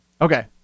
Okay